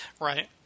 Right